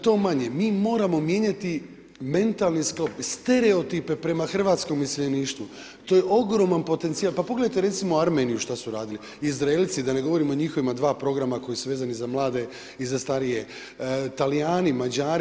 To manje, mi moramo mijenjati mentalni sklop, stereotipe prema hrvatskom iseljeništvu, to je ogroman potencijal, pa pogledajte recimo Armeniju šta su radili, Izraelci, da ne govorim o njihovima 2 programa koji su vezani za mlade i za starije, Talijani, Mađari.